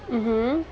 mmhmm